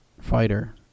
fighter